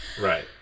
Right